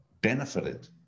benefited